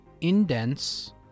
indents